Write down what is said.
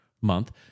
month